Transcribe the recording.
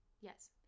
yes